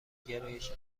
گرایش